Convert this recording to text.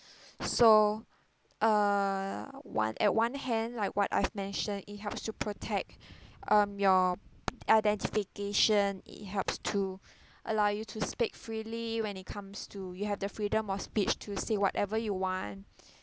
so err one at one hand like what I've mentioned it helps to protect your identification it helps to allow you to speak freely when it comes to you have the freedom of speech to say whatever you want